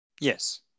Yes